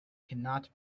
cannot